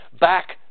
back